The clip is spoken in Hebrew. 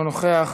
אינו נוכח.